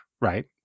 right